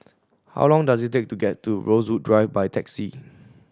how long does it take to get to Rosewood Drive by taxi